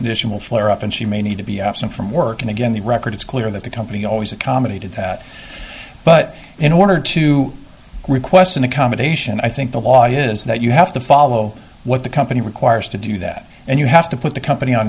condition will flare up and she may need to be absent from work and again the record is clear that the company always accommodated that but in order to request an accommodation i think the law is that you have to follow what the company requires to do that and you have to put the company